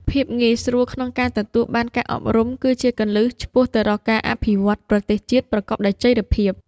ភាពងាយស្រួលក្នុងការទទួលបានការអប់រំគឺជាគន្លឹះឆ្ពោះទៅរកការអភិវឌ្ឍន៍ប្រទេសជាតិប្រកបដោយចីរភាព។